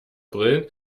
brillen